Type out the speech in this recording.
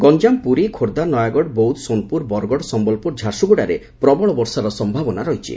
ଗଞ୍ଠାମ ପୁରୀ ଖୋର୍ବ୍ଧା ନୟାଗଡ ବୌଧ୍ଧ ସୋନପୁର ବରଗଡ ସମ୍ଭଲପୁର ଝାରସୁଗୁଡାରେ ପ୍ରବଳ ବଷାର ସମ୍ଭାବନା ରହିଛି